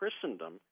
Christendom